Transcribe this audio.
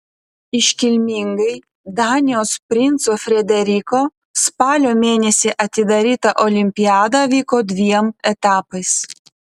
iškilmingai danijos princo frederiko spalio mėnesį atidaryta olimpiada vyko dviem etapais